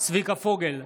צביקה פוגל,